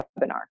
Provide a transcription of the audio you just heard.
webinar